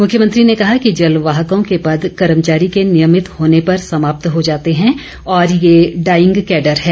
मुख्यमंत्री ने कहा कि जलवाहकों के पद कर्मचारी के नियमित होने पर समाप्त हो जाते हैं और ये डाईग कैडर है